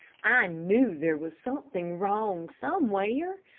knew there was something wrong somewhere,